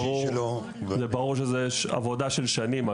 זו עבודה של שנים.